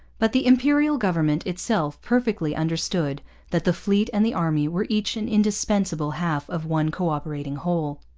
but the imperial government itself perfectly understood that the fleet and the army were each an indispensable half of one co-operating whole.